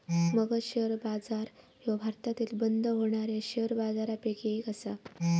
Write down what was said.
Magadh share बाजार ह्यो भारतातील बंद होणाऱ्या शेअर बाजारपैकी एक आसा